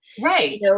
Right